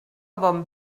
bon